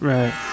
Right